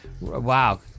Wow